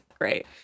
great